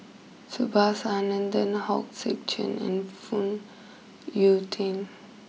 Subhas Anandan Hong Sek Chern and Phoon Yew Tien